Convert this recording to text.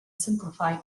simplify